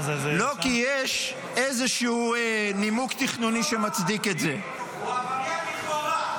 לא כי יש איזשהו נימוק תכנוני שמצדיק את זה --- הוא עבריין לכאורה,